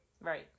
Right